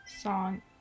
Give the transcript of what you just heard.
song